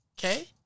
Okay